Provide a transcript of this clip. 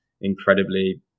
incredibly